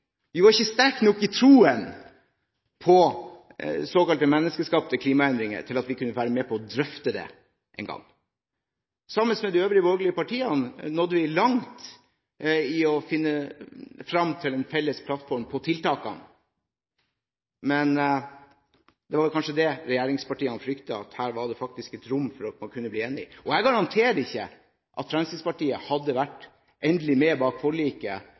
Vi var ikke sterke nok i troen på såkalt menneskeskapte klimaendringer til at vi kunne få være med på å drøfte det engang. Sammen med de øvrige borgerlige partiene nådde vi langt i å finne frem til en felles plattform for tiltakene – men det var jo kanskje det regjeringspartiene fryktet, at her var det faktisk rom for at man kunne bli enig. Jeg garanterer at Fremskrittspartiet ikke hadde vært endelig med bak forliket